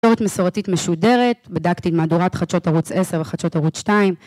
תקשורת מסורתית משודרת, בדקתי במהדורת חדשות ערוץ 10 וחדשות ערוץ 2